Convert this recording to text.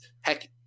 heck